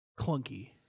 clunky